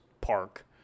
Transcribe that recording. Park